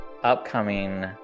upcoming